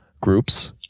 groups